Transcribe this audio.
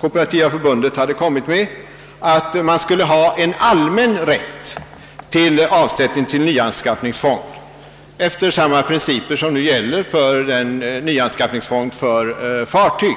Kooperativa förbundets uppslag, att det skulle finnas en allmän rätt till avsättning till nyanskaffningsfond efter samma principer som nu gäller nyanskaffningsfond för fartyg.